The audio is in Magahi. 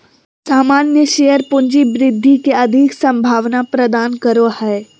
सामान्य शेयर पूँजी वृद्धि के अधिक संभावना प्रदान करो हय